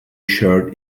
shirt